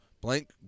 Blank